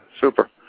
super